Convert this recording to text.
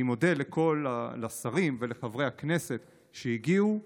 אני מודה לכל השרים וחברי הכנסת שהגיעו.